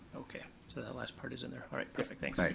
okay, so that last part is in there. alright, perfect, thanks. like